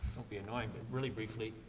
don't be annoying, but really briefly,